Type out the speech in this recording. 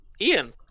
Ian